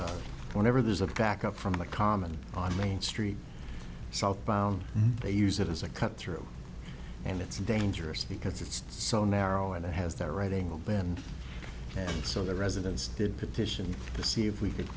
is whenever there's a back up from the common on main street southbound they use it as a cut through and it's dangerous because it's so narrow and it has that right angle bend and so the residents did petition to see if we could